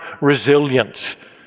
resilience